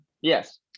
Yes